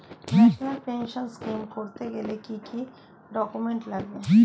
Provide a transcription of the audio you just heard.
National pension scheme করতে গেলে কি কি ডকুমেন্ট লাগে?